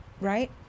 right